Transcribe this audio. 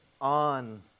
on